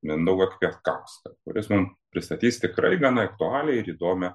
mindaugą kvietkauską kuris mum pristatys tikrai gana aktualią ir įdomią